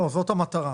זאת המטרה.